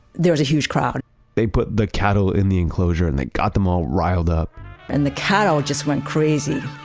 there was a huge crowd they put the cattle in the enclosure and that got them all riled up and the cattle just went crazy.